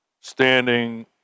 standing